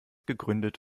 gegründet